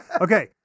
Okay